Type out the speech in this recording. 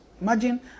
Imagine